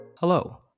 Hello